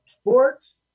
sports